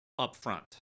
upfront